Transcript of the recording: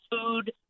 food